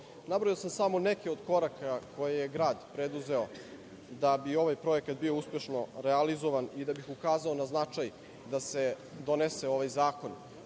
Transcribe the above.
voda. Nabrojao sam samo neke od koraka koje je grad preduzeo da bi ovaj projekat bio uspešno realizovan i da bi ukazao na značaj da se donese ovaj zakon.